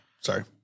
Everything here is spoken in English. Sorry